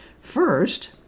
First